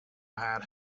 had